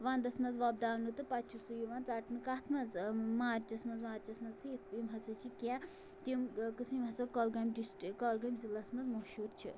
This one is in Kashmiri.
وَندَس منٛز وۄپداونہٕ تہٕ پَتہٕ چھُ سُہ یِوان ژَٹنہٕ کَتھ منٛز مارچَس منٛز مارچس منٛز تہٕ یِتھ یِم ہسا چھِ کیٚنٛہہ تِم قٕسٕم یِم ہَسا کۄلگٲمۍ ڈِسٹرک کۄلگٲمۍ ضِلعَس منٛز مشہوٗر چھِ